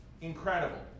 incredible